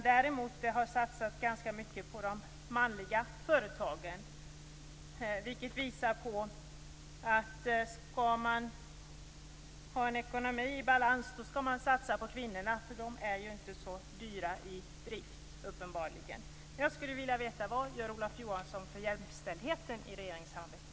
Däremot har det satsats ganska mycket på de manliga företagarna, vilket visar att man, om man vill ha en ekonomi i balans, skall satsa på kvinnorna. De är uppenbarligen inte så dyra i drift. Vad gör alltså Olof Johansson för jämställdheten i regeringssamarbetet?